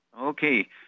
Okay